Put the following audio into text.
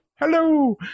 hello